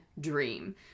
dream